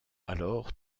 alors